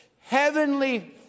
heavenly